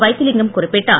வைத்திலிங்கம் குறிப்பிட்டார்